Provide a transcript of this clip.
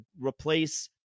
replace